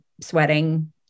sweating